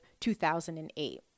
2008